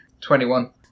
Twenty-one